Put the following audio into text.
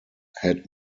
had